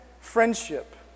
friendship